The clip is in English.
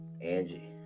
Angie